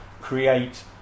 create